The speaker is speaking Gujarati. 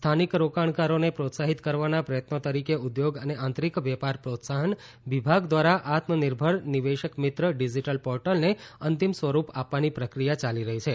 સ્થાનિક રોકાણોને પ્રોત્સાહિત કરવાના પ્રયત્નો તરીકે ઉદ્યોગ અને આંતરિક વેપાર પ્રોત્સાહન વિભાગ દ્વારા આત્મનિર્ભર નિવેશેક મિત્ર ડિજિટલ પોર્ટલને અંતિમ સ્વરૂપ આપવાની પ્રક્રિયા ચાલી રહી છે